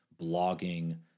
blogging